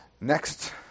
Next